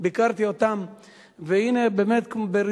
כשהייתי שר נגב-גליל ביקרתי אותם,